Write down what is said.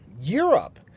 Europe